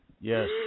Yes